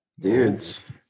dudes